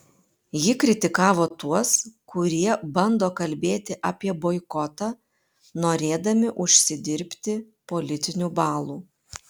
ji kritikavo tuos kurie bando kalbėti apie boikotą norėdami užsidirbti politinių balų